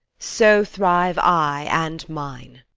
so thrive i and mine!